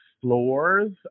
floors